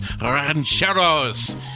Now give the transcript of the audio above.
Rancheros